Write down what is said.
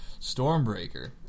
Stormbreaker